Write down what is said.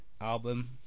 album